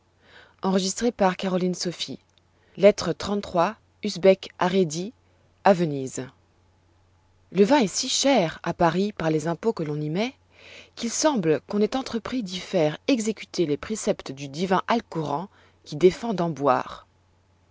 lettre xxxiii usbek à rhédi à venise l e vin est si cher à paris par les impôts que l'on y met qu'il semble qu'on ait entrepris d'y faire exécuter les préceptes du divin alcoran qui défend d'en boire